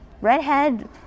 Redhead